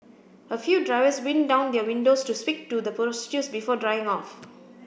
a few drivers wind down their windows to speak to the prostitutes before driving off